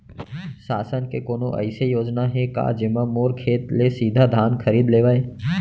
शासन के कोनो अइसे योजना हे का, जेमा मोर खेत ले सीधा धान खरीद लेवय?